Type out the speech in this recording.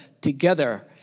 together